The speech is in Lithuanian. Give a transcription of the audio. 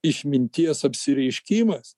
išminties apsireiškimas